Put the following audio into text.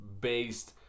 based